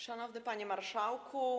Szanowny Panie Marszałku!